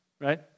right